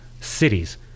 cities